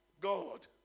God